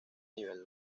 nivel